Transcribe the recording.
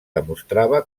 demostrava